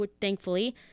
thankfully